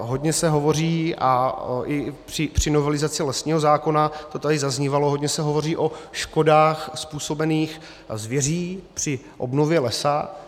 Hodně se hovoří, a i při novelizaci lesního zákona to tady zaznívalo, hodně se hovoří o škodách způsobených zvěří při obnově lesa.